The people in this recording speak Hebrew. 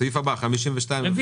סעיף הבא, 52-001